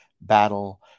Battle